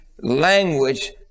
language